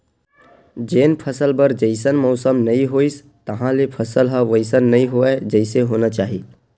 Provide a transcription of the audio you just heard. जेन फसल बर जइसन मउसम नइ होइस तहाँले फसल ह वइसन नइ होवय जइसे होना चाही